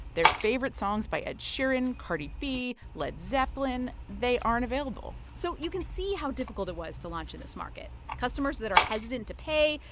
their favorite songs by ed sheeran, cardi b, led zeppelin they aren't available so you can see how difficult it was to launch in this market customers that are hesitant to pay,